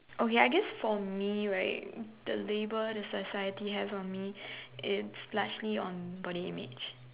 okay I guess for me right the label that the society has on my is largely body image